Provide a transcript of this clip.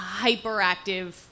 hyperactive